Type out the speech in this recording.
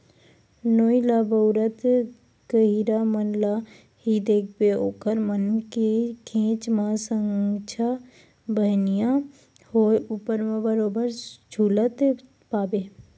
नोई ल बउरत गहिरा मन ल ही देखबे ओखर मन के घेंच म संझा बिहनियां होय ऊपर म बरोबर झुलत पाबे